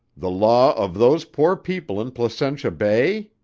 the law of those poor people in placentia bay?